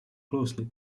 closely